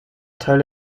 teil